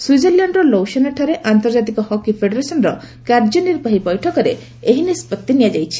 ସ୍ପିଜରଲ୍ୟାଣ୍ଡର ଲୌସେନାଠାରେ ଆନ୍ତର୍ଜାତିକ ହକି ଫେଡେରେସନ୍ର କାର୍ଯ୍ୟ ନିର୍ବାହୀ ବୈଠକରେ ଏହି ନିଷ୍ପଭି ନିଆଯାଇଛି